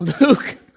Luke